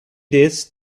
this